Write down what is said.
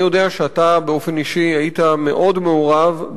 אני יודע שאתה באופן אישי היית מאוד מעורב,